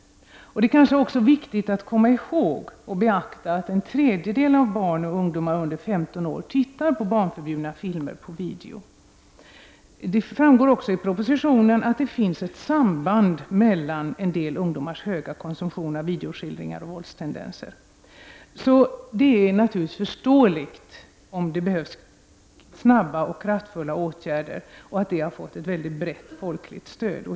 Det är kanske viktigt att komma ihåg och beakta att en tredjedel av barn och ungdomar under 15 år tittar på barnförbjudna videofilmer. Av propositionen framgår det också att det finns ett samband mellan en del ungdomars höga konsumtion av videoskildringar och våldstendenser. Därför är det förståeligt att det behövs snara och kraftfulla åtgärder och att kravet härpå har fått ett mycket brett folkligt stöd.